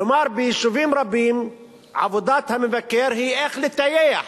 כלומר, ביישובים רבים עבודת המבקר היא איך לטייח,